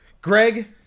Greg